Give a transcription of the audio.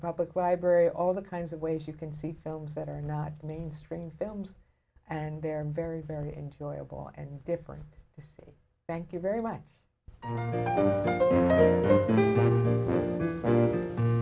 public library all the kinds of ways you can see films that are not mainstream films and they're very very enjoyable and different to say thank you very much